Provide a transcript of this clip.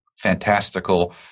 fantastical